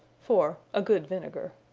for a good vinegar.